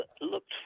looked